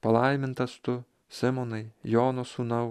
palaimintas tu simonai jono sūnau